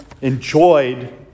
enjoyed